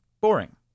boring